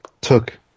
took